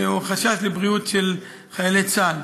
או חשש לבריאות חיילי צה"ל.